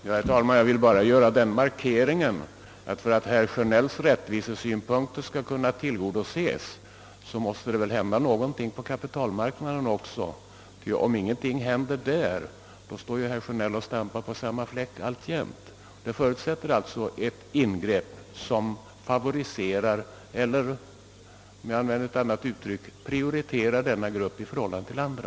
Herr talman! Jag vill bara påpeka att för att herr Sjönells rättvisesynpunkter skall kunna tillgodoses, så måste det hända någonting på kapitalmarknaden. Om ingenting händer där, står ju herr Sjönell och stampar på samma fläck alltjämt. Förslaget förutsätter alltså ett ingrepp som favoriserar eller, för att använda ett annat ord, prioriterar denna grupp framför andra.